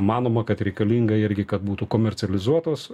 manoma kad reikalinga irgi kad būtų komercializuotos